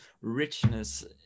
richness